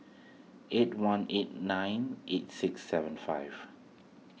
eight one eight nine eight six seven five